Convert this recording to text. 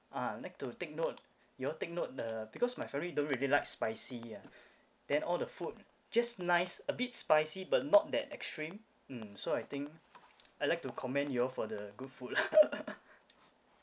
ah like to take note you all take note uh because my family don't really like spicy ah then all the food just nice a bit spicy but not that extreme mm so I think I like to commend you all for the good food